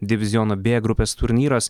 diviziono b grupės turnyras